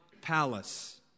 palace